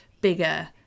bigger